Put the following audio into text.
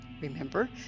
Remember